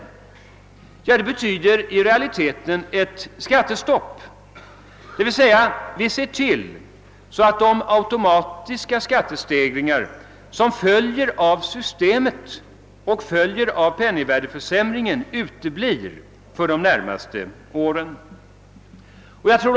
I realiteten betyder det ett skattestopp, d.v.s. vi ser till att de automatiska skattestegringar som följer av systemet och av penningvärdeförsämringen uteblir för de närmaste åren.